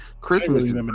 Christmas